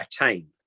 attain